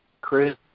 Chris